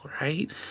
right